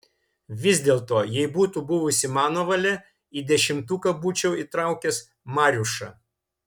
vis dėlto jei būtų buvusi mano valia į dešimtuką būčiau įtraukęs mariušą